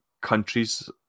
countries